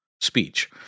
speech